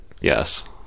Yes